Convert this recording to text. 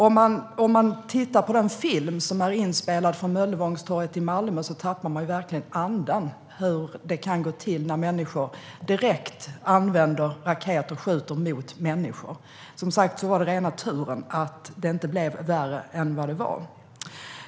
Om man tittar på den film som är inspelad på Möllevångstorget i Malmö tappar man andan över hur det kan gå till när människor använder raketer för att skjuta direkt mot andra människor. Det var som sagt rena turen att det inte blev värre än det var.